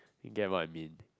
get what I mean